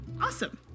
Awesome